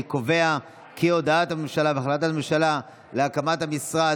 אני קובע כי הודעת הממשלה והחלטת הממשלה על הקמת המשרד